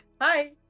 Hi